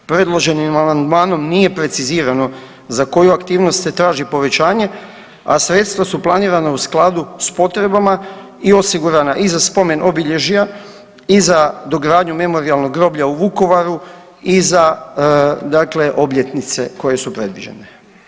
Predloženim amandmanom nije precizirano za koju aktivnost se traži povećanje, a sredstva su planirana u skladu s potrebama i osigurana i za spomen obilježja i za dogradnju Memorijalnog groblja u Vukovaru i za obljetnice koje su predviđene.